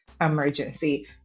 emergency